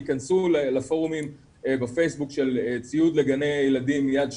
תיכנסו לפורומים בפייסבוק של ציוד לגני ילדים מיד שניה,